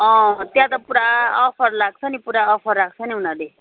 अँ त्यहाँ त पुरा अफर लाग्छ नि पुरा अफर राख्छ नि उनीहरूले